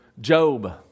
Job